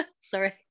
sorry